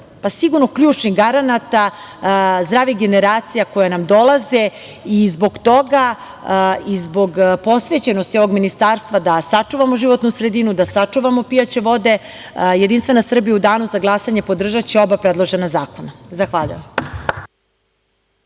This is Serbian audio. od sigurno ključnih garanata zdrave generacije koje nam dolaze. Zbog toga i zbog posvećenosti ovog Ministarstva da sačuvamo životnu sredinu, da sačuvamo pijaće vode JS u danu za glasanje podržaće oba predložena zakona. Zahvaljujem.